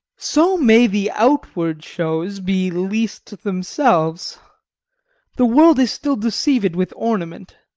so may the outward shows be least themselves the world is still deceiv'd with ornament.